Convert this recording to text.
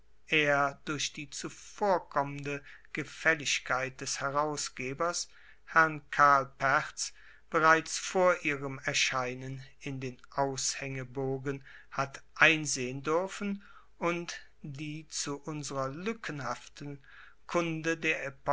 er durch die zuvorkommende gefaelligkeit des herausgebers herrn karl pertz bereits vor ihrem erscheinen in den aushaengebogen hat einsehen duerfen und die zu unserer lueckenhaften kunde der